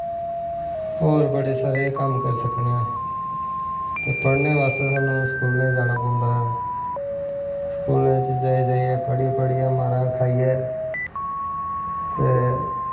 होर बड़े सारे कम्म करी सकनें ते पढ़नें बास्ते साह्नू स्कूलें जाना पौंदा स्कूलें च जाई जाईयै मारां खाइयै ते